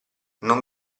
non